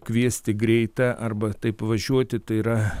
kviesti greitą arba taip važiuoti tai yra